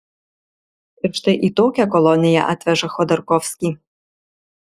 ir štai į tokią koloniją atveža chodorkovskį